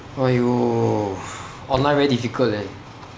!aiyo! online very difficult leh